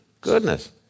Goodness